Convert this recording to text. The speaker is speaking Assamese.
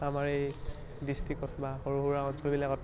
আমাৰ এই ডিষ্ট্ৰিক্টত বা সৰু সুৰা অঞ্চলবিলাকত